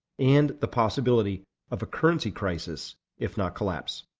and the possibility of a currency crisis if not collapse.